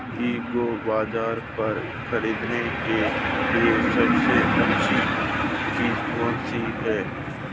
एग्रीबाज़ार पर खरीदने के लिए सबसे अच्छी चीज़ कौनसी है?